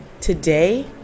today